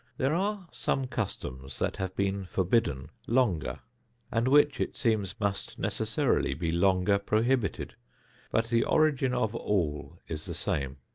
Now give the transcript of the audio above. there are some customs that have been forbidden longer and which, it seems, must necessarily be longer prohibited but the origin of all is the same.